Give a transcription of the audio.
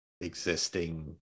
existing